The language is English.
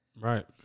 right